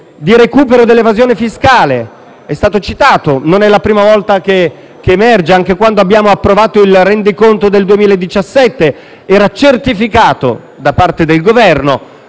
di recupero dell'evasione fiscale: sono state già citate e non è la prima volta che ciò emerge. Quando abbiamo approvato il rendiconto del 2017 è stato certificato, da parte del Governo,